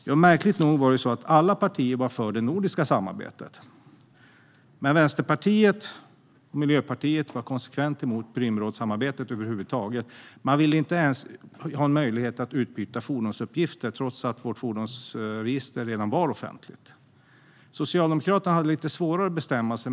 Jo, märkligt nog var alla partier för det nordiska samarbetet, men Vänsterpartiet och Miljöpartiet var konsekvent emot Prümrådssamarbetet över huvud taget. Man ville inte ens ha möjlighet att utbyta fordonsuppgifter - trots att vårt fordonsregister redan var offentligt. Socialdemokraterna hade lite svårare att bestämma sig.